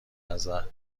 نظر